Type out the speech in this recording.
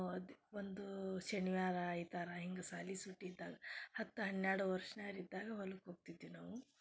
ಅದೇ ಒಂದು ಶನಿವಾರ ಐತಾರ ಹಿಂಗೆ ಶಾಲಿ ಸೂಟಿ ಇದ್ದಾಗ ಹತ್ತು ಹನ್ನೆರಡು ವರ್ಷ್ನ್ಯಾರು ಇದ್ದಾಗ ಹೊಲಕ್ಕೆ ಹೋಗ್ತಿದ್ವಿ ನಾವು